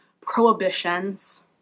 prohibitions